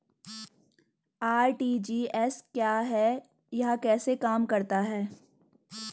RTGS क्या है यह कैसे काम करता है?